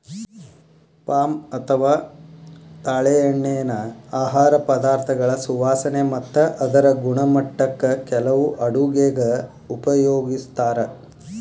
palm ಅಥವಾ ತಾಳೆಎಣ್ಣಿನಾ ಆಹಾರ ಪದಾರ್ಥಗಳ ಸುವಾಸನೆ ಮತ್ತ ಅದರ ಗುಣಮಟ್ಟಕ್ಕ ಕೆಲವು ಅಡುಗೆಗ ಉಪಯೋಗಿಸ್ತಾರ